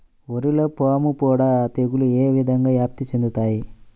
వరిలో పాముపొడ తెగులు ఏ విధంగా వ్యాప్తి చెందుతాయి?